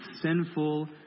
sinful